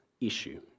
issue